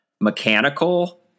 mechanical